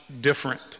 different